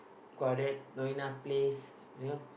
crowded not enough place you know